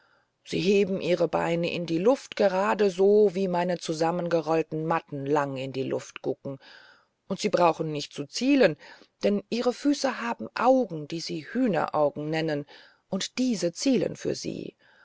sie heben ihre beine in die luft geradeso wie meine zusammengerollten matten lang in die luft gucken und sie brauchen nicht zu zielen denn ihre füße haben augen die sie hühneraugen nennen und diese zielen für sie